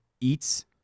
eats